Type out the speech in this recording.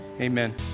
Amen